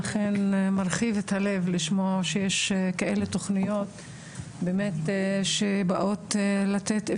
אכן מרחיב את הלב לשמוע שיש כאלה תוכניות שבאמת באות לתת כאלו